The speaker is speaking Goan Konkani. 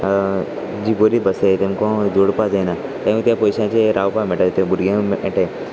जी बरी आसाय तेमकां जोडपा जायना तें त्या पयशांचे रावपाक मेळटा ते भुरग्यांक मेळटा